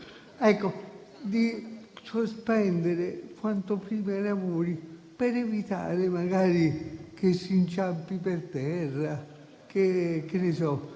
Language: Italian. di sospendere quanto prima i lavori per evitare magari che si inciampi per terra, che ci prenda